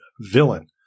villain